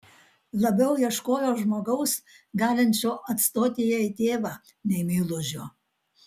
labiau ieškojo žmogaus galinčio atstoti jai tėvą nei meilužio